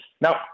Now